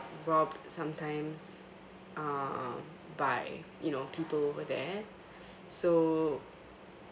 robbed sometimes uh by you know people over there so